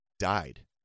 Died